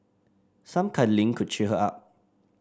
some cuddling could cheer her up